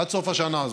עד סוף השנה הזאת.